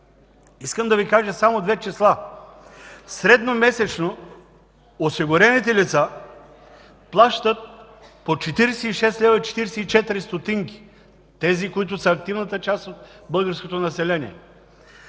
искам да Ви кажа само две числа. Средномесечно осигурените лица плащат по 46,40 лв. – тези, които са активната част от българското население,